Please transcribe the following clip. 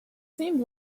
seemed